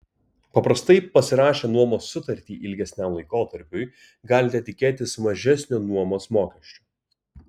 paprastai pasirašę nuomos sutartį ilgesniam laikotarpiui galite tikėtis mažesnio nuomos mokesčio